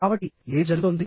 కాబట్టి ఏమి జరుగుతోంది